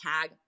tag